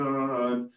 God